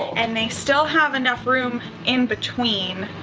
and they still have enough room in between,